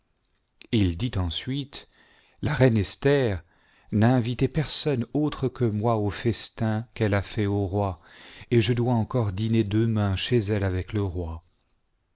il dit ensuite la reine esther n'a invité personne autre que moi au festin qu'elle a fait au roi et je dois encore dîner demain chez elle avec le roi